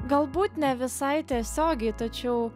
galbūt ne visai tiesiogiai tačiau